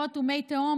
הצפות ומי תהום,